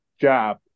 job